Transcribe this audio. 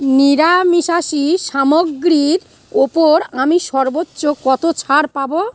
নিরামিষাশী সামগ্রীর ওপর আমি সর্বোচ্চ কত ছাড় পাবো